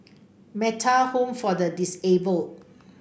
Metta Home for the Disabled